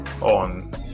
on